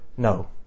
No